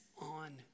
on